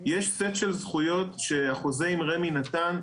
יש סט של זכויות שהחוזה עם רמ"י נתן,